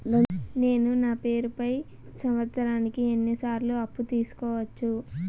నేను నా పేరుపై సంవత్సరానికి ఎన్ని సార్లు అప్పు తీసుకోవచ్చు?